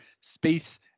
space